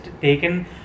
taken